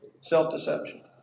Self-deception